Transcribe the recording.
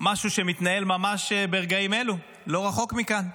משהו שמתנהל ממש ברגעים אלו, לא רחוק מכאן,